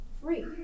free